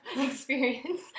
experience